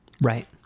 Right